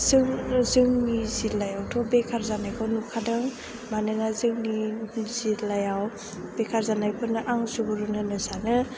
जों जोंनि जिल्लायावथ' बेखार जानायखौ नुखादों मानोना जोंनि जिल्लायाव बेखार जानायफोरनो आं सुबुरुन होनो सानो